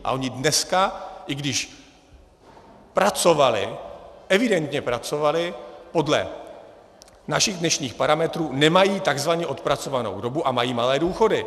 A oni dneska, i když pracovali, evidentně pracovali, podle našich dnešních parametrů nemají tzv. odpracovanou dobu a mají malé důchody.